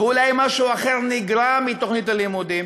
ואולי משהו אחר נגרע מתוכנית הלימודים,